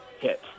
hit